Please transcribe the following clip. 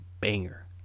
banger